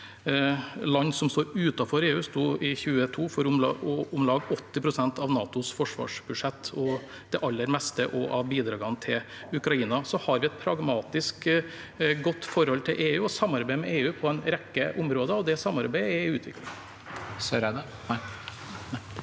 Land som står utenfor EU, sto i 2022 for om lag 80 pst. av NATOs forsvarsbudsjett og også det aller meste av bidragene til Ukraina. Vi har et pragmatisk, godt forhold til EU og samarbeider med EU på en rekke områder. Det samarbeidet er i utvikling. Christian